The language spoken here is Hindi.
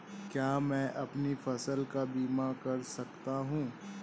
क्या मैं अपनी फसल का बीमा कर सकता हूँ?